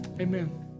amen